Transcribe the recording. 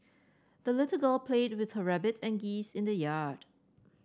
the little girl played with her rabbit and geese in the yard